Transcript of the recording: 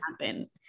happen